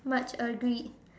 much agreed